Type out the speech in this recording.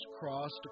crossed